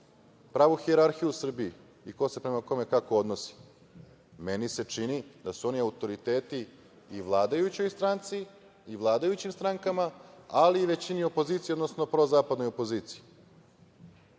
pravu hijerarhiju u Srbiji i ko se prema kome kako odnosi. Meni se čini da su oni autoriteti i vladajućoj stranci i vladajućim strankama, ali i većini opozicije, odnosno prozapadnoj opoziciji.